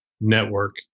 network